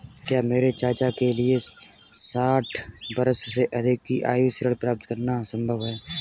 क्या मेरे चाचा के लिए साठ वर्ष से अधिक की आयु में ऋण प्राप्त करना संभव होगा?